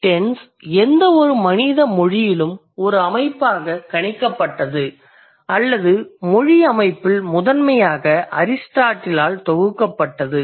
tense எந்தவொரு மனித மொழியிலும் ஒரு அமைப்பாக கணிக்கப்பட்டது அல்லது மொழி அமைப்பில் முதன்மையாக அரிஸ்டாட்டிலால் தொகுக்கப்பட்டது